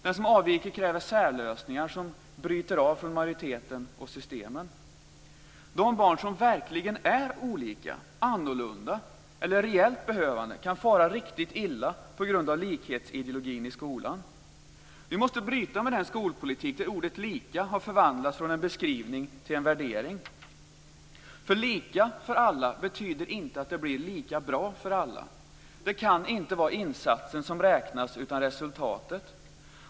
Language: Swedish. Den som avviker kräver särlösningar som bryter av från majoriteten och systemen. De barn som verkligen är olika, annorlunda eller reellt behövande kan fara riktigt illa på grund av likhetsideologin i skolan. Vi måste bryta med den skolpolitik där ordet lika har förvandlats från en beskrivning till en värdering. Lika för alla betyder nämligen inte att det blir lika bra för alla. Det kan inte vara insatsen som räknas utan resultatet.